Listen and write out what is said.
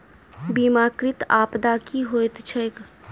बीमाकृत आपदा की होइत छैक?